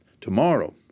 tomorrow